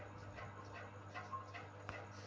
ನನ್ನ ಮೊಬೈಲ್ ಗೆ internet ಹಾಕ್ಸೋದು ಹೆಂಗ್ ಅನ್ನೋದು ತಿಳಸ್ರಿ